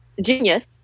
genius